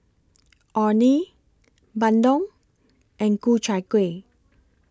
Orh Nee Bandung and Ku Chai Kueh